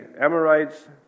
Amorites